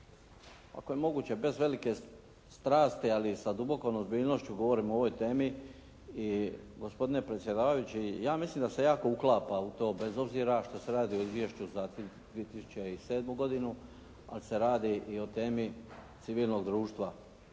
ako je moguće bez velike strasti, ali sa dubokom ozbiljnošću govorim o ovoj temi i gospodine predsjedavajući, ja mislim da se jako uklapa u to, bez obzira što se radi o izvješću za 2007. godinu, ali se radi i o temi civilnog društva.